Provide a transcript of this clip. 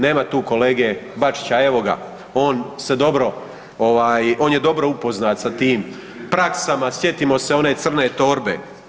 Nema tu kolege Bačića, a evo ga, on se dobro, on je dobro upoznat sa tim praksama, sjetimo se one crne torbe.